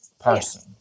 person